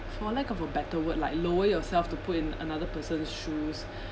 for lack of a better word like lower yourself to put in another person's shoes